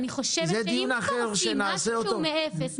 אני חושבת שאם כבר עושים משהו מאפס,